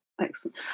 Excellent